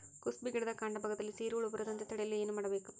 ಕುಸುಬಿ ಗಿಡದ ಕಾಂಡ ಭಾಗದಲ್ಲಿ ಸೀರು ಹುಳು ಬರದಂತೆ ತಡೆಯಲು ಏನ್ ಮಾಡಬೇಕು?